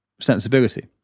sensibility